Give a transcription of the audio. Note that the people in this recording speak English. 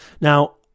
Now